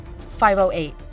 508